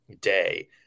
day